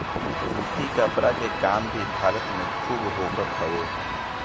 सूती कपड़ा के काम भी भारत में खूब होखत हवे